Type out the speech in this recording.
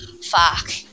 Fuck